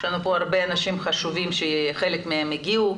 יש פה הרבה אנשים חשובים שחלק מהם הגיעו,